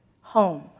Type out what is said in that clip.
home